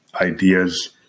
ideas